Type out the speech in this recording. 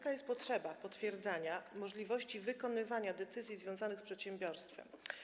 Czy jest potrzeba potwierdzania możliwości wykonywania decyzji związanych z przedsiębiorstwem?